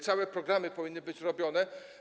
Całe programy powinny być robione.